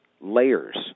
layers